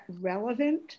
relevant